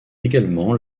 également